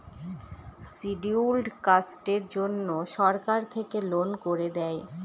scheduled কাস্টের জন্য সরকার থেকে লোন করে দেয়